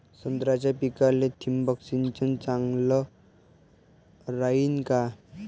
संत्र्याच्या पिकाले थिंबक सिंचन चांगलं रायीन का?